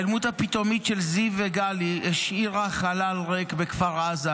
ההיעלמות הפתאומית של זיו וגלי השאירה חלל ריק בכפר עזה,